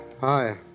Hi